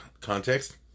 context